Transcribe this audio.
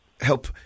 help